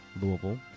Louisville